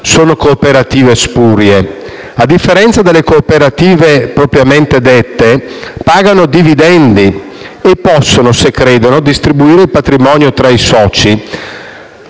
sono cooperative spurie. A differenza delle cooperative propriamente dette, esse pagano dividendi e possono, se credono, distribuire il patrimonio tra i soci.